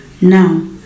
now